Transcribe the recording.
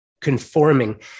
conforming